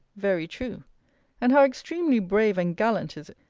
very true and how extremely brave and gallant is it,